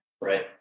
Right